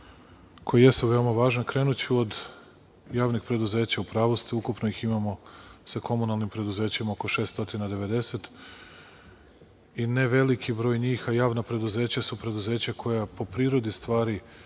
koje jesu veoma važne. Krenuću od javnih preduzeća. U pravu ste, ukupno ih imamo, sa komunalnim preduzećima oko 690 i ne veliki broj njih, a javna preduzeća su preduzeća koja po prirodi stvari